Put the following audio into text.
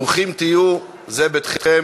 ברוכים תהיו, זה ביתכם.